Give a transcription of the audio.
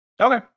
okay